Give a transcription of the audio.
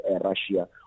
Russia